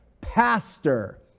pastor